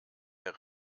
der